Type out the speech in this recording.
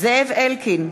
זאב אלקין,